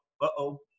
uh-oh